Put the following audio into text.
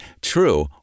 True